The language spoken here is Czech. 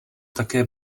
také